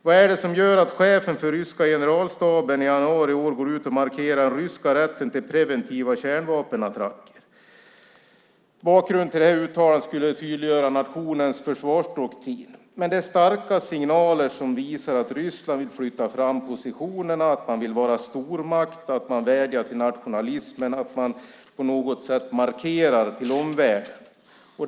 Vad är det som gör att chefen för den ryska generalstaben i januari i år gick ut och markerade den ryska rätten till preventiva kärnvapenattacker? Bakgrunden till detta uttalande skulle tydliggöra nationens försvarsdoktrin. Men det är starka signaler som visar att Ryssland vill flytta fram positionerna, att man vill vara en stormakt, att man vädjar till nationalismen och att man på något sätt markerar till omvärlden.